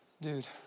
dude